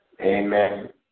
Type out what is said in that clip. Amen